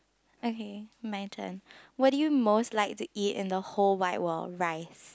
okay my turn what do you most like to eat in the whole wide world rice